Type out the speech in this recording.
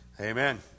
Amen